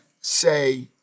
say